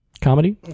comedy